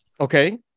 Okay